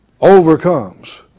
overcomes